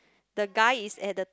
the guy is at the